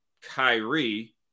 Kyrie